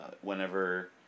whenever